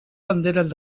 banderes